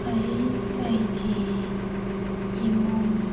ꯑꯩ ꯑꯩꯒꯤ ꯏꯃꯨꯡ